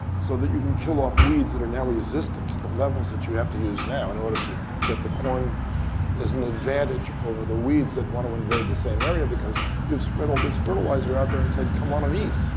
so that you can kill off weeds that are now resistant to the levels that you have to use now in order to get the corn as an advantage over the weeds that want to invade the same area. because you have spread all this fertilizer out there and said, come on and eat.